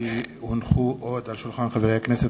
כי הונחו עוד על שולחן הכנסת,